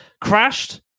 crashed